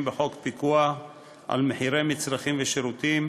בחוק פיקוח על מחירי מצרכים ושירותים,